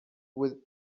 with